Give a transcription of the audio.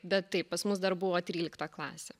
bet taip pas mus dar buvo trylikta klasė